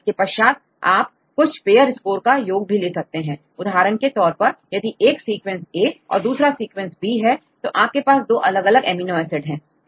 इसके पश्चात आप कुछ पेअर स्कोर का योग भी ले सकते हैं उदाहरण के तौर पर यदि एक सीक्वेंस a और दूसरा सीक्वेंस b है तो आपके पास दो अलग एमिनो एसिड है